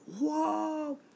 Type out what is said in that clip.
Whoa